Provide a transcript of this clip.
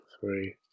three